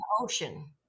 ocean